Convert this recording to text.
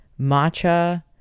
matcha